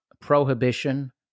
Prohibition